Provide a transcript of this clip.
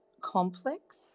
complex